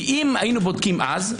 אם היינו בודקים אז,